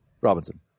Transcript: Robinson